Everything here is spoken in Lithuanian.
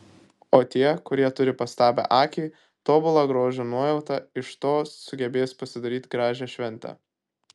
o tie kurie turi pastabią akį tobulą grožio nuojautą iš to sugebės pasidaryti gražią šventę